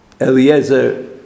Eliezer